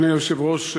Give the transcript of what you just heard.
אדוני היושב-ראש,